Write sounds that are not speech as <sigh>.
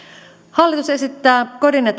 hallitus esittää kodin ja <unintelligible>